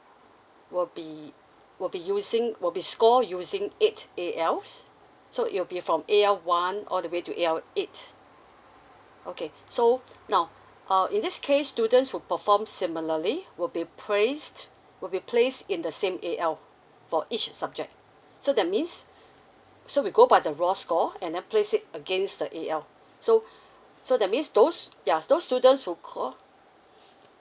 will be will be using will be score using eight A_Ls so it'll be from A_L one all the way to A_L eight okay so now uh in this case students who perform similarly will be praised will be placed in the same A_L for each subject so that means so we go by the raw score and then place it against the A_L so so that means those ya those students who score